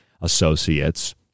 associates